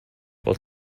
while